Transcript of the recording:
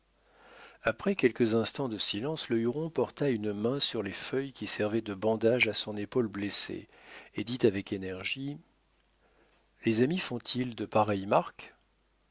après quelques instants de silence le huron porta une main sur les feuilles qui servaient de bandage à son épaule blessée et dit avec énergie les amis font-ils de pareilles marques